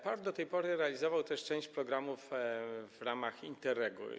PARP do tej pory realizowała też część programów w ramach Interregu.